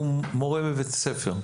הוא מורה בבית ספר.